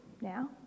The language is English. now